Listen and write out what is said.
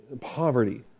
poverty